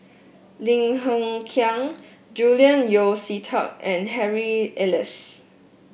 Lim Hng Kiang Julian Yeo See Teck and Harry Elias